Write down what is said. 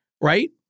right